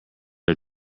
are